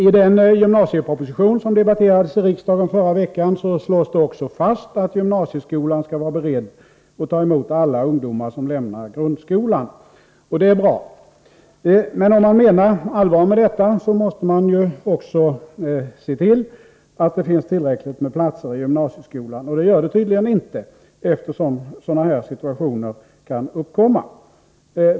I den gymnasieproposition som debatterades förra veckan i riksdagen slås också fast att gymnasieskolan skall vara beredd att ta emot alla 139 ungdomar som lämnar grundskolan, och det är bra. Men om man menar allvar med detta måste man också se till att det finns tillräckligt med platser i gymnasieskolan, och det gör det tydligen inte, eftersom sådana här situationer kan uppkomma.